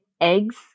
eggs